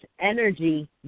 energy